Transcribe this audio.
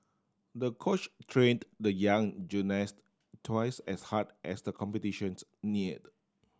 the coach trained the young gymnast twice as hard as the competitions neared